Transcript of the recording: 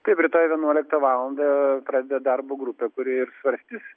taip rytoj vienuoliktą valandą pradeda darbą grupė kuri ir svarstys